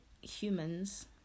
humans